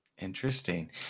Interesting